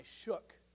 shook